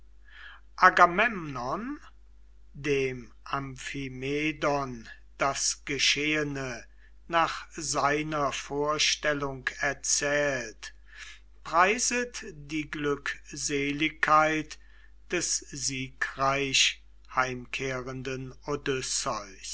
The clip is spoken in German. amphimedon das geschehene nach seiner vorstellung erzählt preiset die glückseligkeit des siegreich heimkehrenden